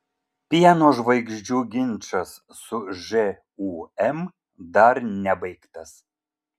pieno žvaigždžių ginčas su žūm dar nebaigtas